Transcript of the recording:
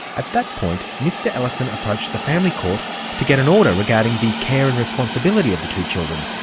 at that point mr ellison approached the family court to get an order regarding the care and responsibility of the two children,